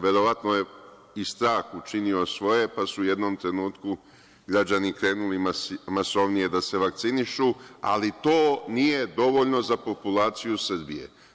Verovatno je i strah učinio svoje, pa su u jednom trenutku građani krenuli masovnije da se vakcinišu, ali to nije dovoljno za populaciju Srbije.